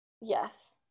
Yes